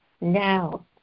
now